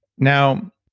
now